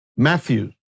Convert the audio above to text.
Matthew